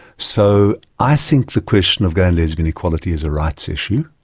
so i think the question of gay and lesbian equality is a rights issue,